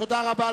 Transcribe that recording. תודה.